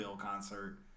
concert